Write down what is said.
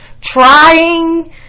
trying